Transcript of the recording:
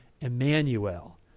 Emmanuel